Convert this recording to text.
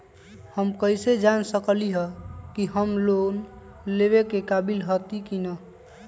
हम कईसे जान सकली ह कि हम लोन लेवे के काबिल हती कि न?